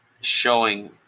showing